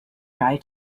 try